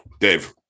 Dave